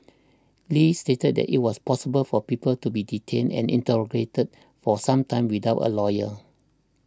Li stated that it was possible for people to be detained and interrogated for some time without a lawyer